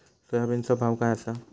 सोयाबीनचो भाव काय आसा?